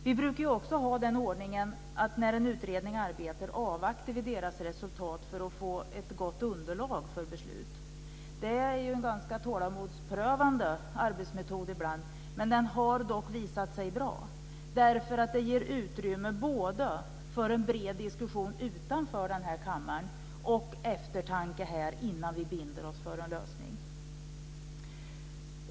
Vi brukar ju också ha den ordningen att när en utredning arbetar avvaktar vi dess resultat för att få ett gott underlag för beslut. Det kan ibland vara en tålamodsprövande arbetsmetod, men den har visat sig bra. Den ger utrymme både för en bred diskussion utanför kammaren och för eftertanke här innan vi binder oss för en lösning.